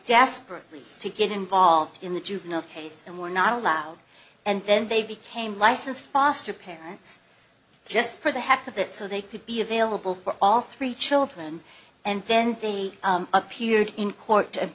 desperately to get involved in the juvenile case and were not allowed and then they became licensed foster parents just for the heck of it so they could be available for all three children and then they appeared in court and